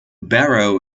barrow